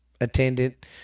attendant